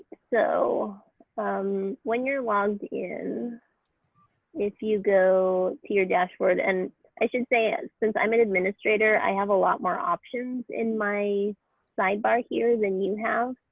so when you're logged in if you go to your dashboard, and i should say ah since i'm an administrator i have a lot more options in my sidebar here than you have.